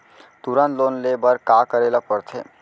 तुरंत लोन ले बर का करे ला पढ़थे?